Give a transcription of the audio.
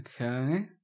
Okay